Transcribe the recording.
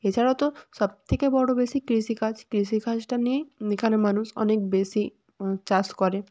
এছাড়াও তো সবথেকে বড়ো বেশি কৃষিকাজ কৃষিকাজটা নিয়েই এখানে মানুষ অনেক বেশি চাষ করে